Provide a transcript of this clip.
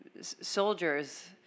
soldiers